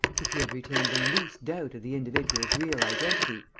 if he had retained the least doubt of the individual's real identity,